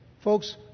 Folks